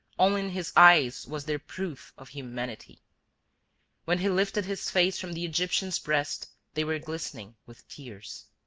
only in his eyes was there proof of humanity when he lifted his face from the egyptian's breast, they were glistening with tears.